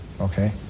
okay